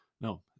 no